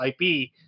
ip